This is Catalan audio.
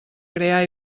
crear